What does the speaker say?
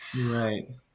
Right